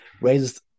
raises